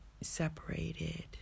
separated